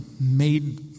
made